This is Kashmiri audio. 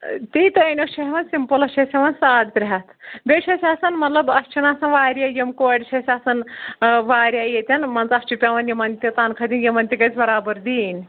تہِ تہِ حظ چھِ ہٮ۪وَان سِمپٕلس چھِ أسۍ ہٮ۪وَان ساڑ ترٛےٚ ہَتھ بیٚیہِ چھُ اَسہِ آسان مطلب اَسہِ چھُنہٕ آسان واریاہ یِم کورِ چھِ اَسہِ آسان واریاہ ییٚتٮ۪ن مان ژٕ اَسہِ چھُ پٮ۪وَان یِمَن تہِ تَنخہہ دیُن یِمن تہِ گژھِ برابٔدی یِنۍ